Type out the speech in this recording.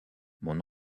mon